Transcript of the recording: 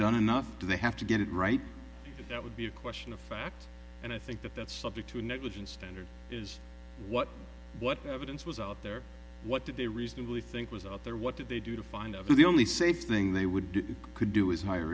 done enough do they have to get it right that would be a question of fact and i think that that's subject to a negligence standard is what what evidence was out there what did they reasonably think was out there what did they do to find out the only safe thing they would do you could do is hi